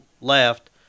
left